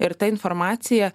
ir ta informacija